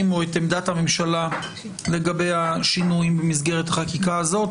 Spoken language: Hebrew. או את עמדת הממשלה לגבי השינויים במסגרת החקיקה הזאת.